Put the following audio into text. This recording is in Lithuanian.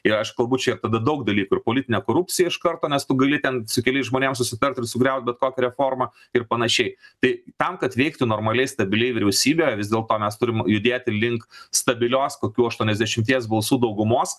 ir aš kalbu čia ir tada daug dalykų ir politinė korupcija iš karto nes tu gali ten su keliais žmonėm susitart ir sugriaut bet kokią reformą ir panašiai tai tam kad veiktų normaliai stabiliai vyriausybė vis dėlto mes turim judėti link stabilios kokių aštuoniasdešimties balsų daugumos